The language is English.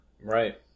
Right